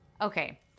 Okay